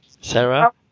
Sarah